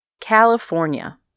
California